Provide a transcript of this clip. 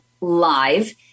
live